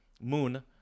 Moon